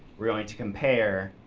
we're going to compare